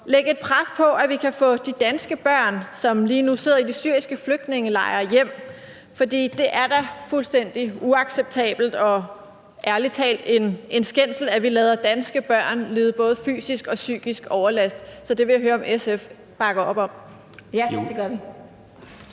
lægge et pres på, at vi kan få de danske børn, som lige nu sidder i de syriske flygtningelejre, hjem, for det er da fuldstændig uacceptabelt og ærlig talt en skændsel, at vi lader danske børn lide både fysisk og psykisk overlast. Det vil jeg høre om SF bakker op om. Kl. 14:35 Pia